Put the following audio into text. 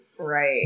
Right